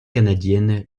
canadienne